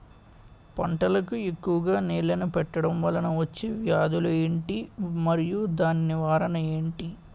పంటలకు ఎక్కువుగా నీళ్లను పెట్టడం వలన వచ్చే వ్యాధులు ఏంటి? మరియు దాని నివారణ ఏంటి?